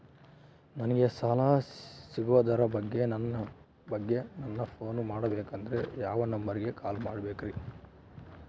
ನಂಗೆ ಸಾಲ ಸಿಗೋದರ ಬಗ್ಗೆ ನನ್ನ ಪೋನ್ ಮಾಡಬೇಕಂದರೆ ಯಾವ ನಂಬರಿಗೆ ಕಾಲ್ ಮಾಡಬೇಕ್ರಿ?